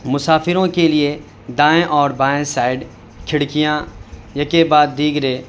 مسافروں کے لیے دائیں اور بائیں سائیڈ کھڑکیاں یکے بعد دیگرے